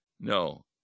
No